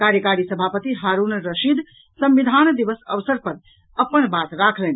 कार्यकारी सभापति हारुण रशीद संविधान दिवसक अवसर पर अपन बात राखलनि